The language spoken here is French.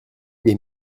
des